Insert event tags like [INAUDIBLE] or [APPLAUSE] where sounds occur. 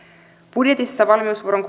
budjetissa valmiusvuoron [UNINTELLIGIBLE]